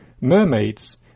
Mermaids –